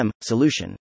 solution